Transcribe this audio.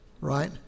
right